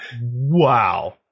wow